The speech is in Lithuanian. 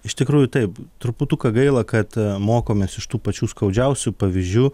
iš tikrųjų taip truputuką gaila kad mokomės iš tų pačių skaudžiausių pavyzdžių